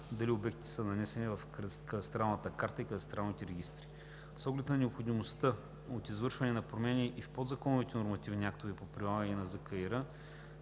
дали обектите са нанесени в кадастралната карта и кадастралните регистри. С оглед на необходимостта от извършване на промени и в подзаконовите нормативни актове по прилагане на Закона